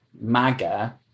MAGA